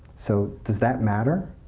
so does that matter?